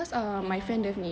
oh